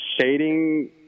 shading